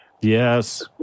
Yes